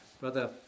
brother